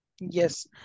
Yes